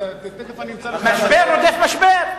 תיכף אמצא לך, משבר רודף משבר.